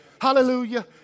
Hallelujah